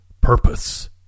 purpose